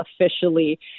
officially